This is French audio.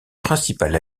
principal